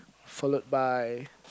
followed by